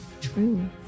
True